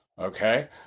Okay